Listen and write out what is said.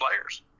players